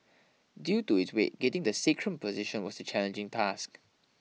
due to its weight getting the sacrum position was a challenging task